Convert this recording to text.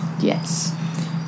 Yes